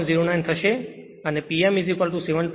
09 થશે પછી તે P m 17